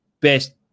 best